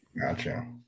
Gotcha